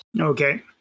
Okay